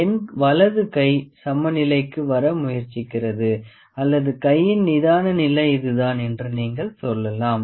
என் வலது கை சமநிலைக்கு வர முயற்சிக்கிறது அல்லது கையின் நிதான நிலை இதுதான் என்று நீங்கள் சொல்லலாம்